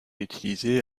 utilisée